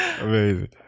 Amazing